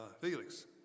Felix